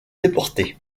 déportés